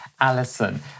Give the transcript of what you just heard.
Alison